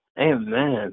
Amen